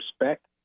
respect